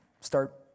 start